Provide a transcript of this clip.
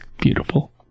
beautiful